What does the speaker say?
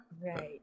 Right